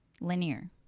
linear